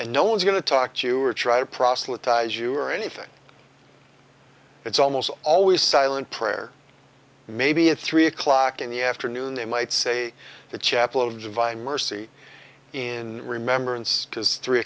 and no one's going to talk to you or try to proselytize you or anything it's almost always silent prayer maybe at three o'clock in the afternoon they might say that chapel of divine mercy in remembrance is three